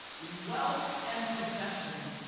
wealth and possessions,